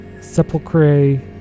Sepulchre